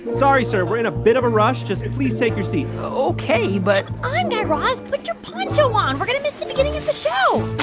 sorry, sir. we're in a bit of a rush. just please take your seats so ok, but. come on, guy raz. put your poncho on. we're going to miss the beginning of the show.